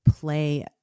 play